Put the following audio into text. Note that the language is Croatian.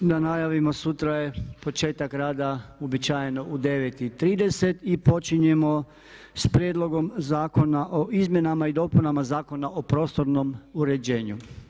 Da najavimo, sutra je početak rada uobičajeno u 09.30 i počinjemo s prijedlogom zakona o izmjenama i dopunama Zakona o prostornom uređenju.